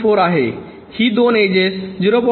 4 आहे ही दोन एजेस 0